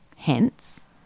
Hence